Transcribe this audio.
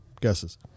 Guesses